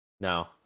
No